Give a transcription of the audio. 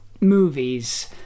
movies